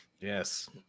Yes